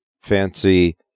Fancy